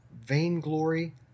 vainglory